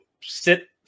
sit